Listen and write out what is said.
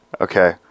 Okay